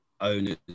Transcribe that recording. owners